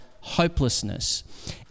hopelessness